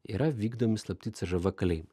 yra vykdomi slapti cžv kalėjimai